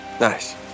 Nice